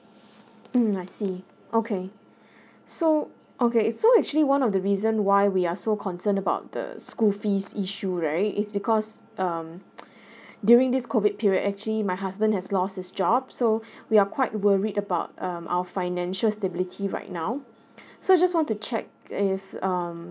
mm I see okay so okay so actually one of the reason why we are so concerned about the school fees issue right is because um during this COVID period actually my husband has lost his job so we are quite worried about uh our financial stability right now so I just want to check if um